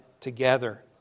together